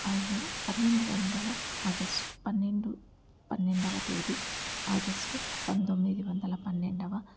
అయినా పన్నెండు వందల ఆగస్టు పన్నెండు పన్నెండవ తేదీ ఆగస్టు పంతొమ్మిది వందల పన్నెండవ